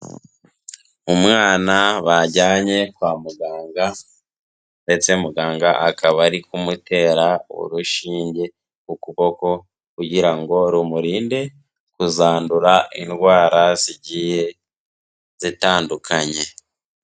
Umwana bajyanye kwa muganga ndetse muganga akaba ari kumutera urushinge ku kuboko kugira ngo rumurinde kuzandura indwara zigiye zitandukanye.